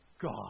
God